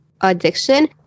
addiction